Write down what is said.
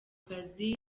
kazi